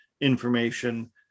information